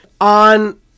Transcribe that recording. on